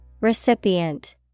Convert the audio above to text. Recipient